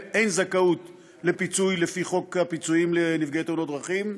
אין זכאות לפיצוי לפי חוק פיצויים לנפגעי תאונות דרכים,